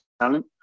talent